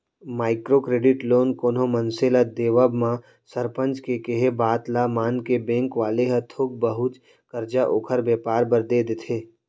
micro credit loan कोनो मनसे ल देवब म सरपंच के केहे बात ल मानके बेंक वाले ह थोक बहुत करजा ओखर बेपार बर देय देथे